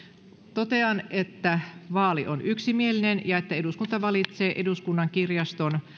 totean että vaali on yksimielinen ja että eduskunta valitsee eduskunnan kirjaston